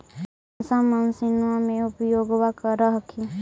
कौन सा मसिन्मा मे उपयोग्बा कर हखिन?